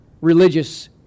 religious